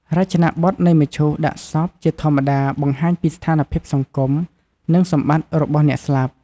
រចនាបទនៃមឈូសដាក់សពជាធម្មតាបង្ហាញពីស្ថានភាពសង្គម និងសម្បត្តិរបស់អ្នកស្លាប់។